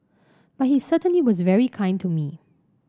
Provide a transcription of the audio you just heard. but he certainly was very kind to me